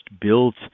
built